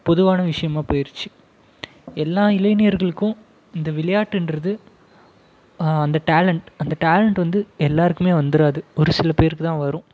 பொதுவான விஷயமா போயிருச்சு எல்லா இளைஞர்களுக்கும் இந்த விளையாட்டுன்றது அந்த டேலண்ட் அந்த டேலண்ட்டு வந்து எல்லாருக்குமே வந்துடாது ஒரு சில பேருக்குத்தான் வரும்